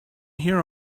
here